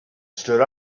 stood